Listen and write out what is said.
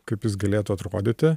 kaip jis galėtų atrodyti